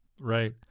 Right